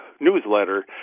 newsletter